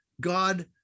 God